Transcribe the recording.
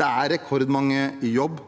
det er rekordmange i jobb,